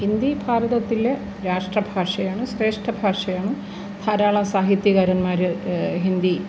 ഹിന്ദി ഭാരതത്തിലെ രാഷ്ട്രഭാഷയാണ് ശ്രേഷ്ടഭാഷയാണ് ധാരാളം സാഹിത്യകാരന്മാര് ഹിന്ദി